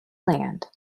land